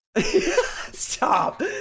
stop